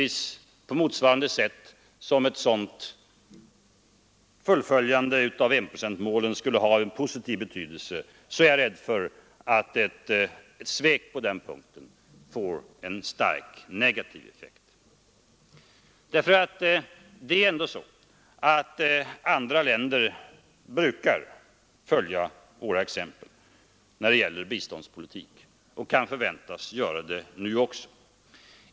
På samma sätt som ett sådant fullföljande av enprocentsmålet skulle ha en positiv betydelse är jag rädd för att ett svek på den punkten får en starkt negativ effekt. Andra länder brukar följa vårt exempel när det gäller biståndspolitik och kan förväntas göra det nu också.